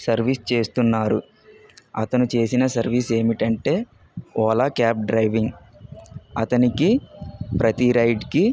service చేస్తున్నారు అతను చేసిన సర్వీస్ ఏమిటంటే ఓలా క్యాబ్ డ్రైవింగ్ అతనికి ప్రతి రైడ్కి